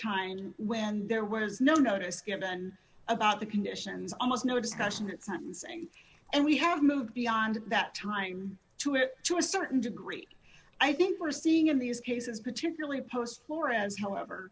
time when there was no notice given about the conditions almost no discussion at sentencing and we have moved beyond that time to it to a certain degree i think we're seeing in these cases particularly post flores however